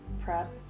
prep